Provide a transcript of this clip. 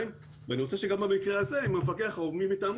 אני רוצה שגם במקרה הזה אם המפקח או מי מטעמו